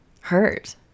hurt